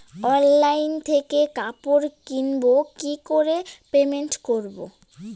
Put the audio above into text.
Online থেকে কাপড় কিনবো কি করে পেমেন্ট করবো?